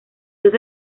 dos